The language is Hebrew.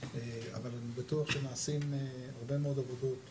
אבל אני בטוח שנעשים הרבה מאוד עבודות